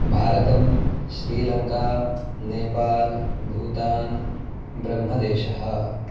भारतं श्रीलङ्का नेपाल् भूतान् ब्रह्मदेशः